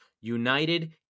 United